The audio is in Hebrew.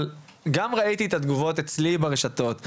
אבל גם ראיתי את התגובות אצלי ברשתות,